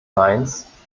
rheins